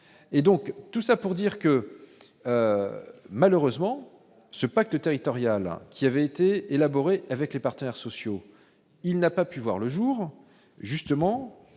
tout ça pour dire que malheureusement ce pacte territorial qui avait été élaboré avec les partenaires sociaux, il n'a pas pu voir le jour, justement